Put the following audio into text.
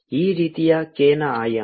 ಈ ರೀತಿಯ k ನ ಆಯಾಮ